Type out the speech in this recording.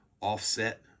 offset